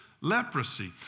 leprosy